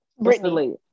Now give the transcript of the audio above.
Brittany